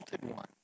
one